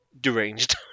deranged